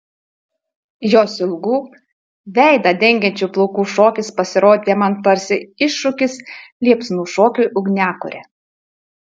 jos ilgų veidą dengiančių plaukų šokis pasirodė man tarsi iššūkis liepsnų šokiui ugniakure